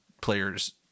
players